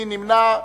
מי נמנע?